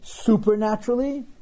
Supernaturally